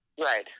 right